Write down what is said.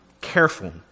careful